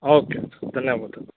okay ಧನ್ಯವಾದ